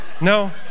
No